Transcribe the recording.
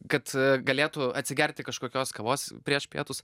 kad galėtų atsigerti kažkokios kavos prieš pietus